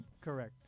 Correct